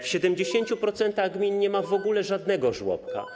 W 70% gmin nie ma w ogóle żadnego żłobka.